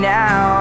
now